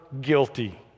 guilty